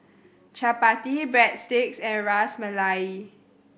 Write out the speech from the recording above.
Chapati Breadsticks and Ras Malai